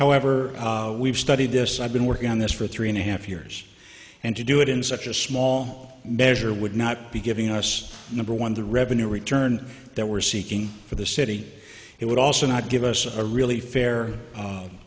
however we've studied this i've been working on this for three and a half years and to do it in such a small measure would not be giving us number one the revenue return that we're seeking for the city it would also not give us a really fair